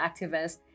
activist